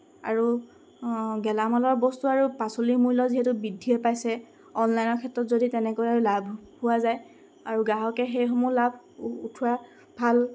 আৰু গেলামালৰ বস্তু আৰু পাচলিৰ মূল্য যিহেতু বৃদ্ধিয়েই পাইছে অনলাইনৰ ক্ষেত্ৰত যদি তেনেকৈ লাভ হোৱা যায় আৰু গ্ৰাহকে সেইসমূহ লাভ উঠোৱা ভাল